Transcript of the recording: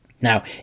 Now